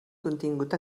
contingut